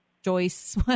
Joyce